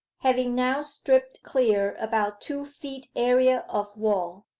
having now stripped clear about two feet area of wall,